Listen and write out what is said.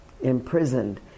imprisoned